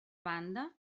banda